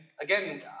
again